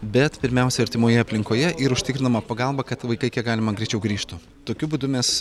bet pirmiausia artimoje aplinkoje ir užtikrinama pagalba kad vaikai kiek galima greičiau grįžtų tokiu būdu mes